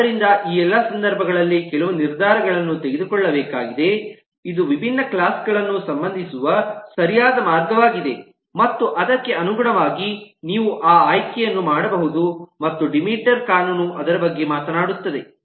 ಆದ್ದರಿಂದ ಈ ಎಲ್ಲಾ ಸಂದರ್ಭಗಳಲ್ಲಿ ಕೆಲವು ನಿರ್ಧಾರಗಳನ್ನು ತೆಗೆದುಕೊಳ್ಳಬೇಕಾಗಿದೆ ಇದು ವಿಭಿನ್ನ ಕ್ಲಾಸ್ಗಳನ್ನು ಸಂಬಂಧಿಸುವ ಸರಿಯಾದ ಮಾರ್ಗವಾಗಿದೆ ಮತ್ತು ಅದಕ್ಕೆ ಅನುಗುಣವಾಗಿ ನೀವು ಆ ಆಯ್ಕೆಯನ್ನು ಮಾಡಬಹುದು ಮತ್ತು ಡಿಮೀಟರ್ ಕಾನೂನು ಅದರ ಬಗ್ಗೆ ಮಾತನಾಡುತ್ತದೆ